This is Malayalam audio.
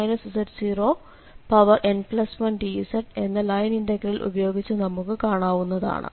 2πiCfz z0n1dz എന്ന ലൈൻ ഇന്റഗ്രൽ ഉപയോഗിച്ച് നമുക്ക് കാണാവുന്നതാണ്